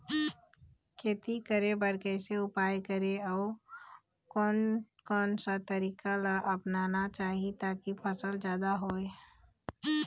खेती करें बर कैसे उपाय करें अउ कोन कौन सा तरीका ला अपनाना चाही ताकि फसल जादा हो?